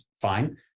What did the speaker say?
fine